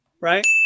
right